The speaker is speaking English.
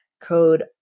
code